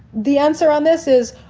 the answer on this is,